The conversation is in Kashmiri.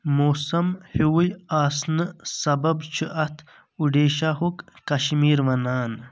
موسم ہیُوُے آسنہٕ سبب چھِ اتھ اوڈیشا ہٗک كشمیٖر ونان